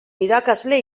irakasle